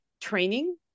training